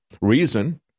reason